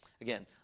Again